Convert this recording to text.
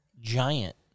giant